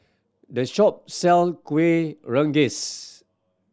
this shop sell Kuih Rengas